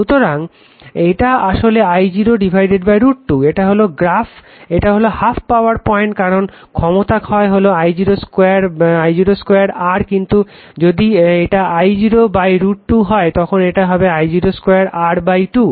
সুতরাং এটা আসলে I 0 √ 2 এটা হলো হ্যাফ পাওয়ার পয়েন্ট কারণ ক্ষমতা ক্ষয় হলো I 0 2 R কিন্তু যদি এটা I 0 √ 2 হয় তখন এটা হবে I 0 2 R 2